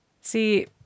See